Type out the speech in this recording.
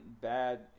bad